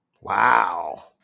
Wow